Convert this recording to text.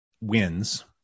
wins